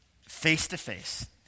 face-to-face